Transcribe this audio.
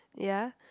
ya